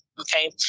Okay